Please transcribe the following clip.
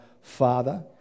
Father